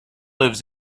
lives